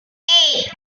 eight